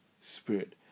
spirit